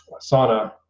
sauna